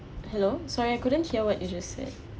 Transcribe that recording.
hello sorry I couldn't hear what you just said